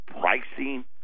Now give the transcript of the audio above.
pricing